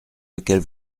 auxquels